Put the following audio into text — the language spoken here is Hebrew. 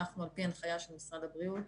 על פי הנחיה של משרד הבריאות,